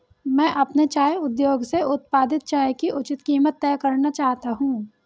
मैं अपने चाय उद्योग से उत्पादित चाय की उचित कीमत तय करना चाहता हूं